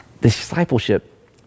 discipleship